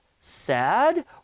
sad